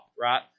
right